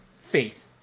faith